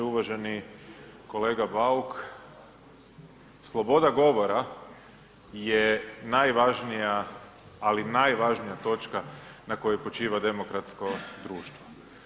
Uvaženi kolega Bauk, sloboda govora je najvažnija ali najvažnija točka na kojoj počiva demokratsko društvo.